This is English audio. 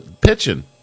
pitching